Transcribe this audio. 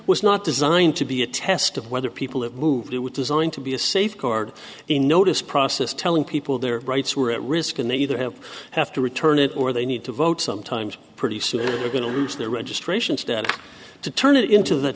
was not designed to be a test of whether people have moved it was designed to be a safeguard a notice process telling people their rights were at risk and they either have to have to return it or they need to vote sometimes pretty soon they're going to lose their registration status to turn it into